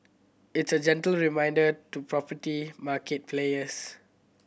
it's a gentle reminder to property market players